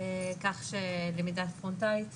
כך שלמידה פרונטלית